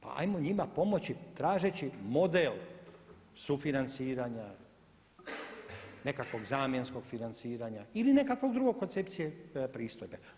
Pa ajmo njima pomoći tražeći model sufinanciranja, nekakvog zamjenskog financiranja ili nekakve druge koncepcije tv pristojbe.